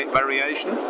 variation